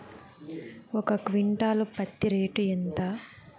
ఒక క్వింటాలు పత్తి రేటు ఎంత?